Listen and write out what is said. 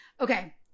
Okay